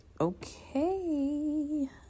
Okay